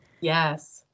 Yes